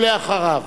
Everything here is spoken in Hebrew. אחריו,